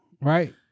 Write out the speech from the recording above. right